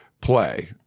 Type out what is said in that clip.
play